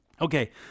Okay